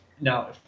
now